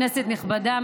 כנסת נכבדה,